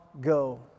go